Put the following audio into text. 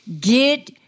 get